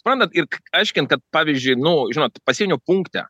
suorantat ir aiškinti kad pavyzdžiui nu žinot pasienio punkte